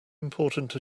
important